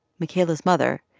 makayla's mother,